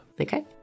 Okay